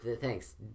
thanks